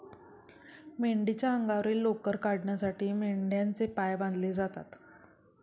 मेंढीच्या अंगावरील लोकर काढण्यासाठी मेंढ्यांचे पाय बांधले जातात